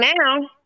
now